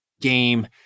game